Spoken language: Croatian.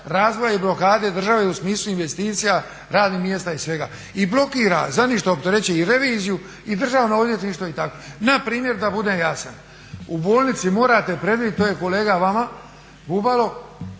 razvoja i blokade države u smislu investicija, radnih mjesta i svega. I blokira, za ništa opterećuje i reviziju i Državno odvjetništvo i tako. Na primjer da budem jasan. U bolnici morate …/Govornik se ne razumije./… to je kolega vama Bubalo,